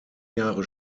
jahre